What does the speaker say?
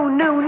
no